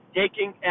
taking